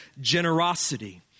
generosity